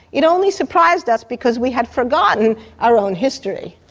it only surprised us because we had forgotten our own history.